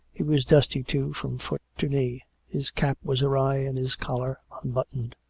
he was dusty, too, from foot to knee his cap was awry and his collar unbuttoned.